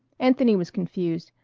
anthony was confused,